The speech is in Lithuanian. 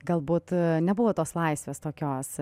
galbūt nebuvo tos laisvės tokios